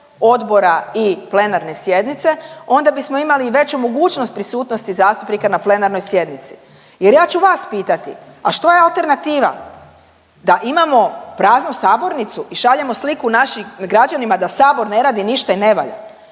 odbora i plenarne sjednice onda bismo imali i veću mogućnost prisutnosti zastupnika na plenarnoj sjednici jer ja ću vas pitati, a što je alternativa, da imamo praznu sabornicu i šaljemo sliku našim građanima da sabor ne radi ništa i ne valja,